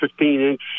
15-inch